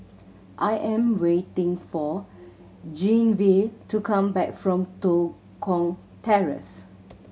I am waiting for Genevieve to come back from Tua Kong Terrace